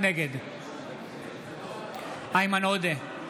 נגד איימן עודה,